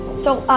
so, ah,